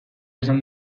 esan